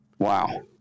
Wow